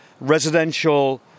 residential